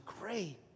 great